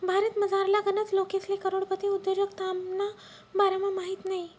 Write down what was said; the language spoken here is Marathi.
भारतमझारला गनच लोकेसले करोडपती उद्योजकताना बारामा माहित नयी